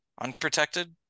unprotected